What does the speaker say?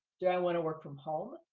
do i wanna work from home?